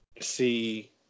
see